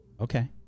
Okay